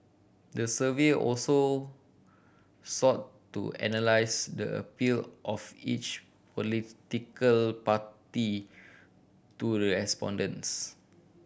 the survey also sought to analyse the appeal of each political party to the respondents